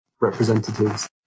representatives